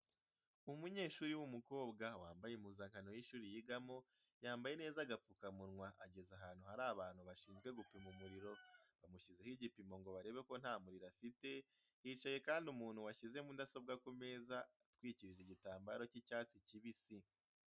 Umunyeshuri w'umukobwa wambaye impuzankano y'ishuri yigamo, yambaye neza agapfukamunwa, ageze ahantu hari abantu bashinzwe gupima umuriro, bamushyizeho igipimo ngo barebe ko nta muriro afite, hicaye kandi umuntu washyize mudasobwa ku meza atwikirije igitambaro cy'icyatsi kibisi.